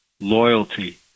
loyalty